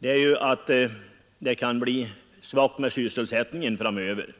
är att sysselsättningen kan bli svag framöver.